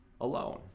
alone